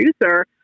producer